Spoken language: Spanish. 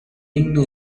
himno